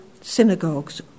synagogues